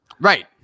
Right